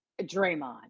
Draymond